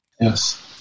yes